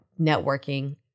networking